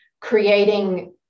creating